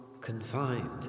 confined